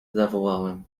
zawołałem